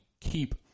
keep